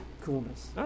coolness